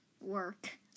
Work